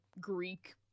greek